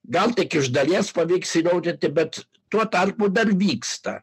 gal tik iš dalies pavyks įrodyti bet tuo tarpu dar vyksta